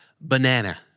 banana